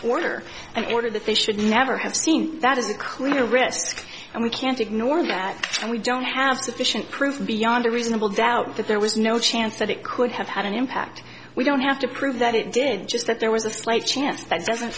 order and order that they should never have seen that is a clear risk and we can't ignore that and we don't have sufficient proof beyond a reasonable doubt that there was no chance that it could have had an impact we don't have to prove that it did just that there was a slight chance that doesn't